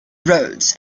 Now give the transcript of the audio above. roads